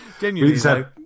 Genuinely